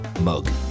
mug